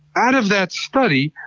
out of that study,